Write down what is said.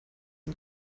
dem